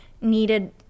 needed